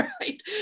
right